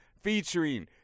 featuring